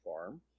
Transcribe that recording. Farm